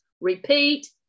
repeat